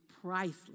priceless